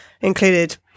included